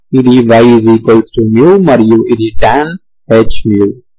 ఇది y μ మరియు ఇది tanh μ